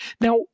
Now